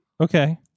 Okay